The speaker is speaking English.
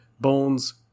Bones